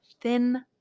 thin